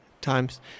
times